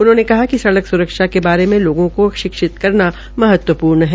उन्होंने कहा कि सड़क स्रक्षा के बारे में लोगों को शिक्षित करना महत्वपूर्ण है